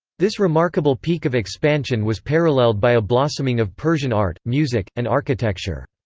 this remarkable peak of expansion was paralleled by a blossoming of persian art, music, and architecture.